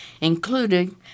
including